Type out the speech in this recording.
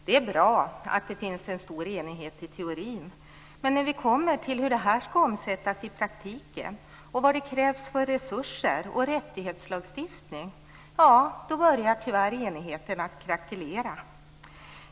Det är bra att det finns en stor enighet i teorin, men när vi kommer till hur det här skall omsättas i praktiken och vad det krävs för resurser och rättighetslagstiftning börjar enigheten tyvärr krackelera.